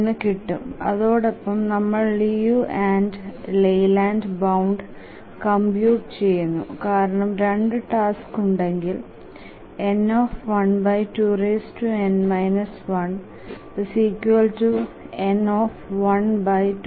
625 എന്നു കിട്ടും അതോടൊപ്പം നമ്മൾ Liu and Layland bound compute ചെയുന്നു കാരണം 2 ടാസ്ക് ഉണ്ടെങ്കിൽ n12n 1 2122 10